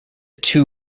two